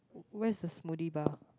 where's the smoothie bar